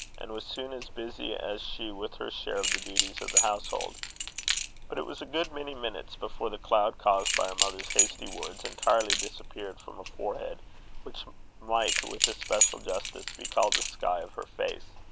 and was soon as busy as she with her share of the duties of the household but it was a good many minutes before the cloud caused by her mother's hasty words entirely disappeared from a forehead which might with especial justice be called the sky of her face.